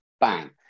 Bang